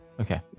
Okay